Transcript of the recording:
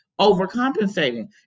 overcompensating